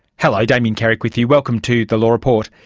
hello, damien carrick with you, welcome to the law report.